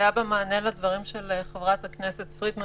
במענה לדברים של חברת הכנסת פרידמן